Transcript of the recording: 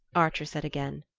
archer said again,